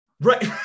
right